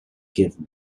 give